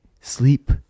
sleep